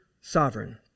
sovereign